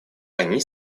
они